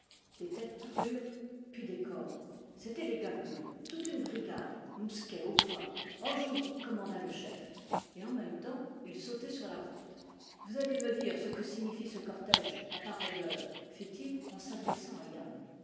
des têtes parurent puis des corps c'étaient les gabelous toute une brigade mous quet au poing enjoue commanda le chef et en même temps il sautait sur la route vous allez me dire ce que signifie ce cortège à pareille heure fit-il en s'adressant à yann